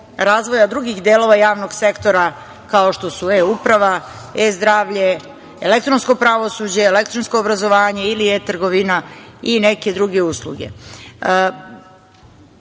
razvoja drugih delova javnog sektora, kao što su e-uprava, e-zdravlje, elektronsko pravosuđe, elektronsko obrazovanje ili e-trgovina i neke druge